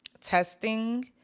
testing